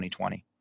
2020